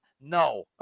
No